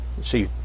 see